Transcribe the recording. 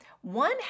One